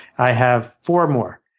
i have four more,